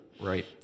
Right